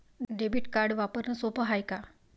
Debit card वापरणं सोप हाय का?